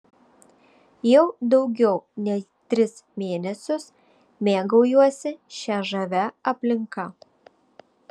jau daugiau nei tris mėnesius mėgaujuosi šia žavia aplinka